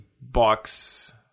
box